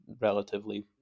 relatively